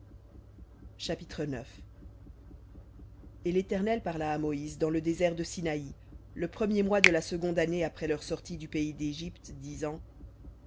chapitre et l'éternel parla à moïse dans le désert de sinaï le premier mois de la seconde année après leur sortie du pays d'égypte disant